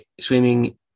swimming